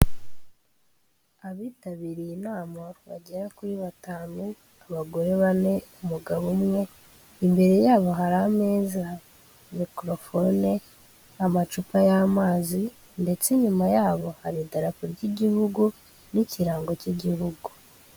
Abitabiriye inama bagera kuri batanu, abagore bane umugabo umwe, imbere yabo hari ameza mikorofone, amacupa y'amazi ndetse inyuma yabo hari idarapo ry'igihugu n'ikirango cy'igihugu.